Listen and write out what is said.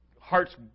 hearts